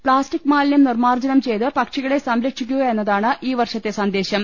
plastic മാലിന്യം നിർമ്മാർജ്ജനം ചെയ്ത് പക്ഷികളെ സംരക്ഷിക്കുക എന്നതാണ് ഈ വർഷത്തെ സന്ദേശം